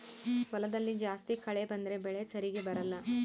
ಹೊಲದಲ್ಲಿ ಜಾಸ್ತಿ ಕಳೆ ಬಂದ್ರೆ ಬೆಳೆ ಸರಿಗ ಬರಲ್ಲ